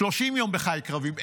30 יום בחיל קרבי,